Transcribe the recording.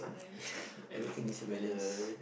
everything is a balance